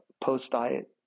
post-diet